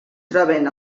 troben